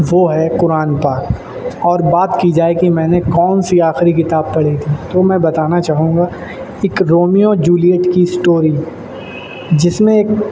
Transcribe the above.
وہ ہے قرآن پاک اور بات کی جائے کہ میں نے کون سی آخری کتاب پڑھی تھی تو میں بتانا چاہوں گا ایک رومیو جولیٹ کی اسٹوری جس میں ایک